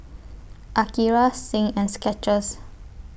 Akira Zinc and Skechers